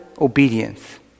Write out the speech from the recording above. obedience